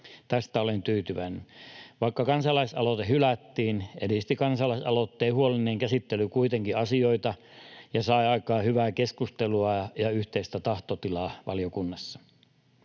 Tästä olen tyytyväinen. Vaikka kansalaisaloite hylättiin, edisti kansalaisaloitteen huolellinen käsittely kuitenkin asioita ja sai aikaan hyvää keskustelua ja yhteistä tahtotilaa valiokunnassa.